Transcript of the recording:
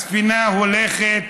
הספינה הולכת